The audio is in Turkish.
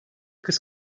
kız